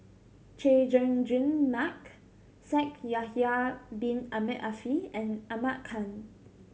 Chay Jung Jun Mark Shaikh Yahya Bin Ahmed Afifi and Ahmad Khan